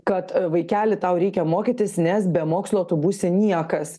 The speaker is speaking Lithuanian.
kad vaikeli tau reikia mokytis nes be mokslo tu būsi niekas